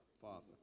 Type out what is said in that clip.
Father